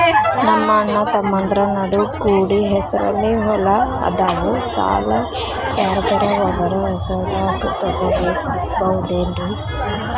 ನಮ್ಮಅಣ್ಣತಮ್ಮಂದ್ರ ನಡು ಕೂಡಿ ಹೆಸರಲೆ ಹೊಲಾ ಅದಾವು, ಸಾಲ ಯಾರ್ದರ ಒಬ್ಬರ ಹೆಸರದಾಗ ತಗೋಬೋದೇನ್ರಿ?